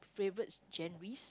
favourite genres